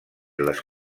les